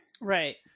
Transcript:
Right